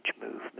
movement